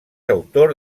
autor